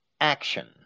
action